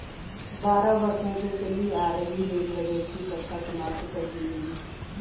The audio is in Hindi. बारह वर्षों से चली आ रही रेल बजट की प्रथा समाप्त कर दी गयी